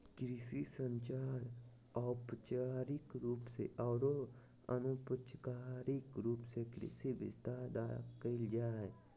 कृषि संचार औपचारिक रूप से आरो अनौपचारिक रूप से कृषि विस्तार द्वारा कयल जा हइ